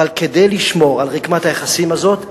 אבל כדי לשמור על רקמת היחסים הזאת,